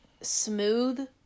Smooth